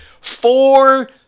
four